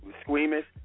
squeamish